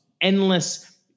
endless